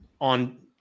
on –